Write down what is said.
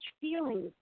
feelings